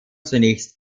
zunächst